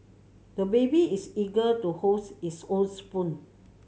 the baby is eager to hold his own spoon